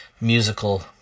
musical